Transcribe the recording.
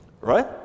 Right